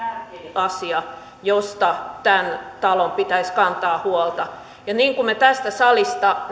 asia josta tämän talon pitäisi kantaa huolta ja niin kuin me tästä salista